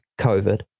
COVID